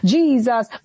Jesus